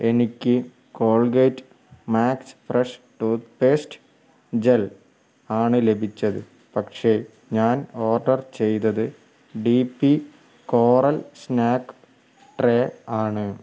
എനിക്ക് Colgate max fresh toothpaste gel ആണ് ലഭിച്ചത് പക്ഷേ ഞാൻ ഓർഡർ ചെയ്തത് D P coral snack tray ആണ്